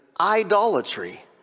idolatry